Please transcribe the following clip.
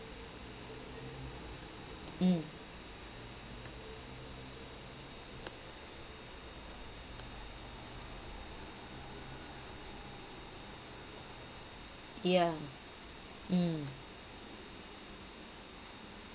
mm yeah mm